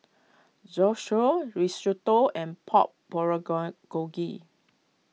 Zosui Risotto and Pork Bulgo Gogi